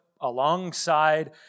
alongside